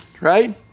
right